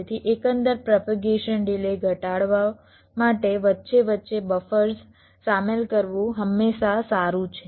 તેથી એકંદરે propagation delay ઘટાડવા માટે વચ્ચે વચ્ચે બફર્સ શામેલ કરવું હંમેશા સારું છે